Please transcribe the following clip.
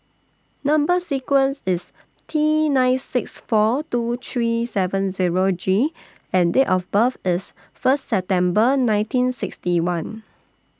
Number sequence IS T nine six four two three seven Zero G and Date of birth IS First December nineteen sixty one